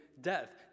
death